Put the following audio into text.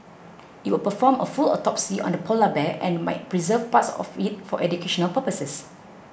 it will perform a full autopsy on the polar bear and might preserve parts of it for educational purposes